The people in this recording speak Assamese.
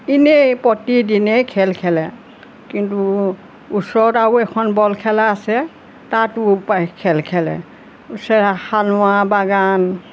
এনেই প্ৰতিদিনেই খেল খেলে কিন্তু ওচৰত আৰু এখন বল খেলা আছে তাতো পাই খেল খেলে ওচৰৰে সানুৱা বাগান